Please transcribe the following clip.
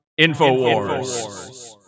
Infowars